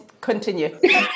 continue